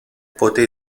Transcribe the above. poté